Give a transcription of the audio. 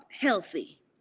healthy